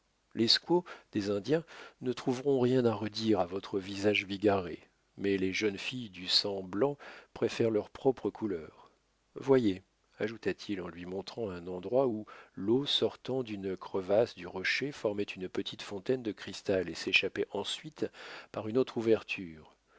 squaws des indiens ne trouveront rien à redire à votre visage bigarré mais les jeunes filles du sang blanc préfèrent leur propre couleur voyez ajouta-t-il en lui montrant un endroit où l'eau sortant d'une crevasse du rocher formait une petite fontaine de cristal et s'échappait ensuite par une autre ouverture